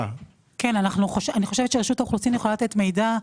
רשות האוכלוסין יכולה לתת מידע.